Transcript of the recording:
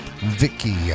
Vicky